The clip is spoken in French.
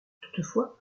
toutefois